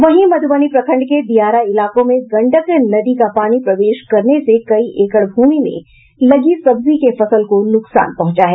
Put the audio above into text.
वहीं मधुबनी प्रखंड के दियारा इलाकों में गंडक नदी का पानी प्रवेश करने से कई एकड़ भूमि में लगी सब्जी के फसल को नुकसान पहुंचा है